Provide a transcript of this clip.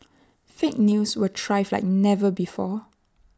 fake news will thrive like never before